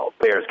Bears